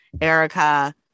Erica